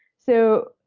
so,